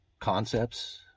concepts